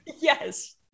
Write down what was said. Yes